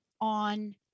on